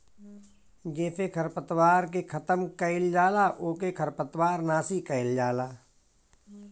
जेसे खरपतवार के खतम कइल जाला ओके खरपतवार नाशी कहल जाला